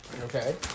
Okay